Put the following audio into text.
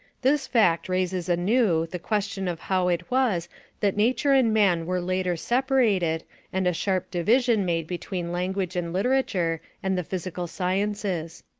this fact raises anew the question of how it was that nature and man were later separated and a sharp division made between language and literature and the physical sciences.